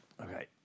Okay